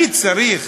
אני צריך